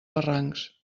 barrancs